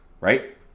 right